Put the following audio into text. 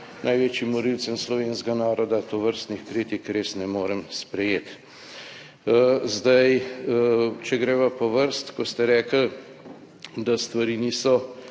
največjim morilcem slovenskega naroda, tovrstnih kritik res ne morem sprejeti. Sedaj, če greva po vrsti, ko ste rekli, da stvari niso